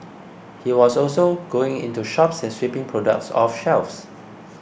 he was also going into shops and sweeping products off shelves